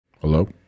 Hello